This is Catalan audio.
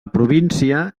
província